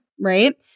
right